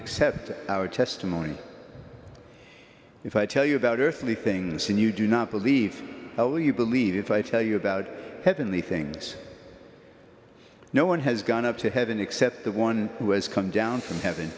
accept our testimony if i tell you about earthly things and you do not believe i will you believe if i tell you about heavenly things no one has gone up to heaven except the one who has come down from heaven